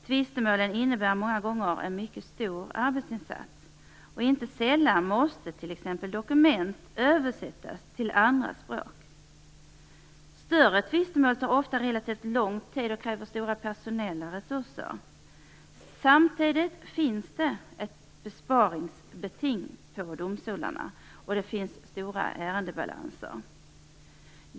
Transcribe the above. Tvistemålen innebär många gånger en mycket stor arbetsinsats. Inte sällan måste t.ex. dokument översättas till andra språk. Större tvistemål tar ofta relativt lång tid och kräver stora personella resurser. Samtidigt finns det ett besparingsbeting på domstolarna, och det finns stora ärendebalanser.